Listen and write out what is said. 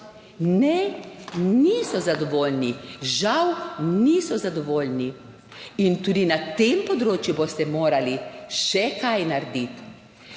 Ne, niso zadovoljni, žal niso zadovoljni in tudi na tem področju boste morali še kaj narediti.